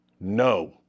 No